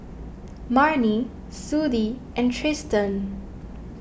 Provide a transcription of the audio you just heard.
Marnie Sudie and Tristan